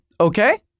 Okay